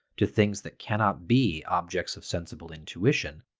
to things that cannot be objects of sensible intuition,